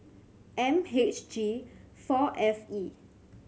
M H G four F E